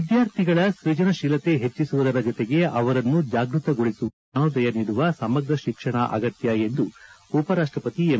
ವಿದ್ಯಾರ್ಥಿಗಳ ಸ್ಕ್ರಜನಶೀಲತೆ ಹೆಚ್ಚಿಸುವುದರ ಜೊತೆಗೆ ಅವರನ್ನು ಜಾಗೃತಗೊಳಿಸುವ ಹಾಗೂ ಜ್ಞಾನೋದಯ ನೀಡುವ ಸಮಗ್ರ ಶಿಕ್ಷಣ ಅಗತ್ತ ಎಂದು ಉಪರಾಷ್ಟಪತಿ ಎಂ